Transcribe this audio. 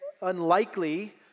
unlikely